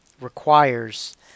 requires